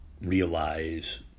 Realize